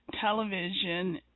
television